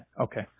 okay